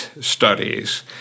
studies